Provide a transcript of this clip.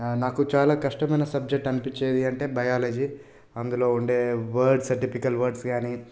నాకు చాలా కష్టమైన సబ్జెక్ట్ అనిపించేది అంటే బయాలజీ అందులో ఉండే వర్డ్స్ సైన్టిఫికల్ వర్డ్స్ కానీ